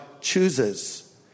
chooses